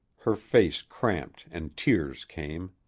her face cramped and tears came.